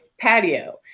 patio